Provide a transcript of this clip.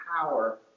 power